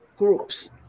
Groups